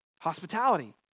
hospitality